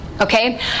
okay